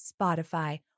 Spotify